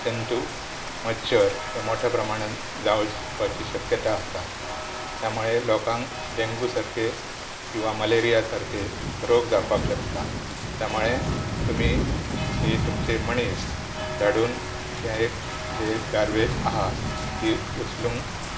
जंतू मच्छर हे मोठ्या प्रमाणान जावाची शक्यताय आसा त्यामळे लोकांक डेंगू सारके किंवां मलेरिया सारके रोग जावपाक शकता त्यामुळे तुमी ही तुमचे मनीस धाडून हे एक जे गार्वेज आसा ती उचलूंक